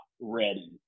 ready